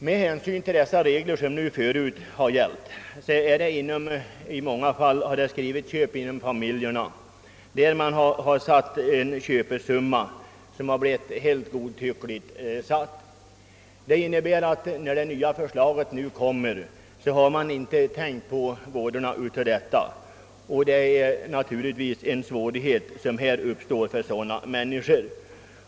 Med de regler som förut gällt har för säljning av en gård eller ett markområde i många fall skett inom familjen, varvid köpesumman blivit helt godtyckligt satt. Man har inte kunnat tänka sig de vådor som det nya förslaget skulle medföra. Men följden av förslaget blir att vissa svårigheter nu uppstår i dessa fall.